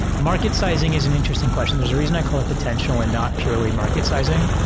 market sizing is an interesting question. there's a reason i call it potential and not purely market sizing,